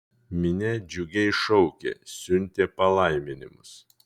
minia džiugiai šaukė siuntė palaiminimus